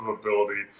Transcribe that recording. ability